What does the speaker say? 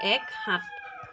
এক সাত